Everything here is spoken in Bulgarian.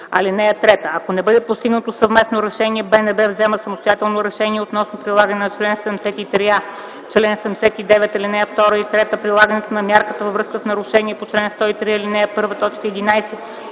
Ако не бъде постигнато съвместно решение, БНБ взема самостоятелно решение относно прилагането на чл. 73а, чл. 79, ал. 2 и 3, прилагането на мярка във връзка с нарушение по чл. 103, ал. 1, т.